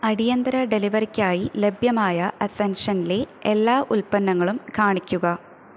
അടിയന്തര ഡെലിവറിക്കായി ലഭ്യമായ അസെൻഷൻലെ എല്ലാ ഉൽപ്പന്നങ്ങളും കാണിക്കുക